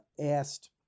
asked